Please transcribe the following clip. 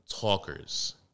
talkers